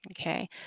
Okay